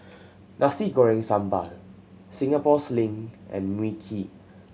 Nasi Goreng Sambal Singapore Sling and Mui Kee